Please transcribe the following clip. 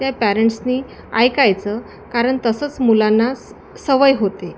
त्या पॅरेंट्सनी ऐकायचं कारण तसंच मुलांना स सवय होते